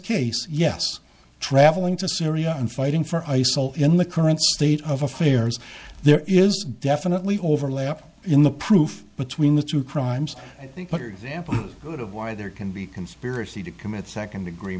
case yes traveling to syria and fighting for ice all in the current state of affairs there is definitely overlap in the proof between the two crimes than that of why there can be conspiracy to commit second degree